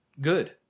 good